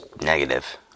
negative